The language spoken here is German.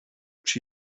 chi